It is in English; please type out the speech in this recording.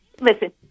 listen